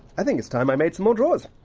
i think it's time i made some more drawers.